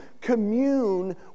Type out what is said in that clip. commune